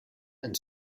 and